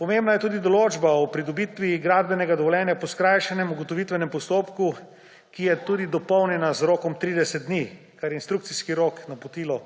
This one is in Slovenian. Pomembna je tudi določba o pridobitvi gradbenega dovoljenja po skrajšanem ugotovitvenem postopku, ki je tudi dopolnjena z rokom 30 dni, kar je instrukcijski rok, napotilo